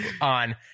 on